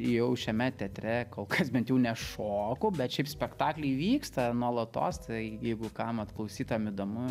jau šiame teatre kol kas bent jau nešoku bet šiaip spektakliai vyksta nuolatos tai jeigu kam vat klausytojam įdomu